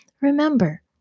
Remember